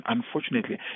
Unfortunately